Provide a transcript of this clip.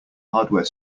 hardware